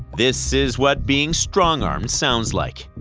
this is what being strong-armed sounds like.